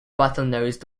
bottlenose